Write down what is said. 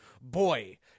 boy